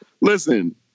Listen